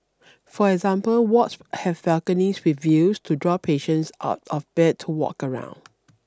for example wards have balconies with views to draw patients out of bed to walk around